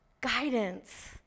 guidance